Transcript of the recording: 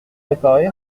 réparé